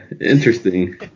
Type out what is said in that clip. interesting